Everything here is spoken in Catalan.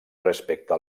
respecte